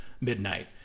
midnight